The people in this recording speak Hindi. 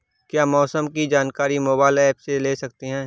क्या मौसम की जानकारी मोबाइल ऐप से ले सकते हैं?